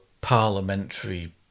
parliamentary